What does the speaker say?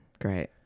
Great